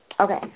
Okay